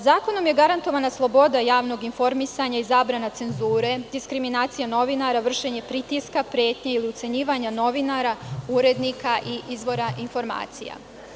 Zakonom je garantovana sloboda javnog informisanja i zabrana cenzure, diskriminacija novinara, vršenje pritiska, pretnje ili ucenjivanja novinara, urednika i izvora informacija.